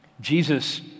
Jesus